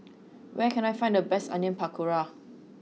where can I find the best Onion Pakora